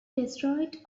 destroyed